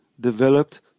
developed